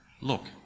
Look